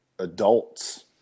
Adults